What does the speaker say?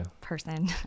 person